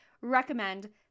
recommend